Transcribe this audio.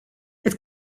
het